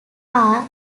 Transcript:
are